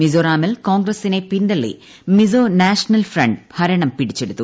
മിസോറമിൽ കോൺഗ്രസിനെ പിന്തള്ളി Mizo national front ഭരണം പിടിച്ചെടുത്തു